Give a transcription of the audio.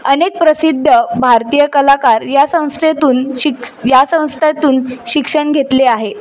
अनेक प्रसिद्ध भारतीय कलाकार या संस्थेतून शिक या संस्थेतून शिक्षण घेतले आहे